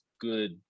good